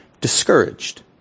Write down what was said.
discouraged